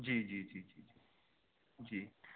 جی جی جی جی جی